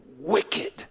wicked